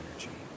energy